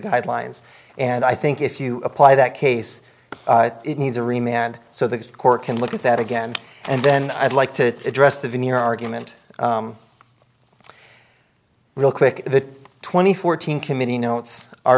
guidelines and i think if you apply that case it needs to remain and so the court can look at that again and then i'd like to address the veneer argument real quick twenty fourteen committee notes are